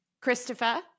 Christopher